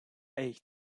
eight